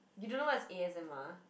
you don't know what is a_s_m_r